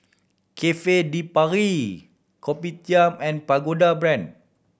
Cafe De Paris Kopitiam and Pagoda Brand